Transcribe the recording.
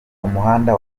umuhanda